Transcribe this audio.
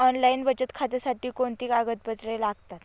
Online बचत खात्यासाठी कोणती कागदपत्रे लागतात?